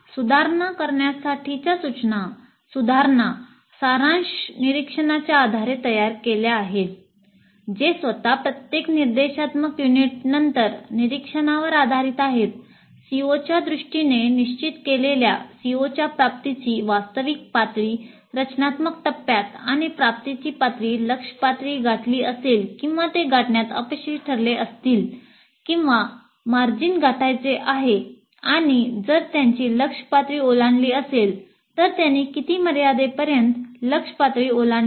सुधारणा करण्यासाठीच्या सूचनाः सुधारणा सारांश निरीक्षणाच्या आधारे तयार केल्या आहेत जे स्वतः प्रत्येक निर्देशात्मक युनिटनंतरच्या निरीक्षणावर आधारित आहेत COच्या दृष्टीने निश्चित केलेल्या COच्या प्राप्तीची वास्तविक पातळी रचनात्मक टप्प्यात आणि प्राप्तीची पातळी लक्ष्य पातळी गाठली असेल किंवा ते गाठण्यात अपयशी ठरले असतील किती मार्जिन गाठायचे आहे आणि जर त्यांनी लक्ष्य पातळी ओलांडली असेल तर त्यांनी किती मर्यादेपर्यंत लक्ष्य पातळी ओलांडली आहे